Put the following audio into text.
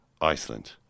Iceland